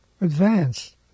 advance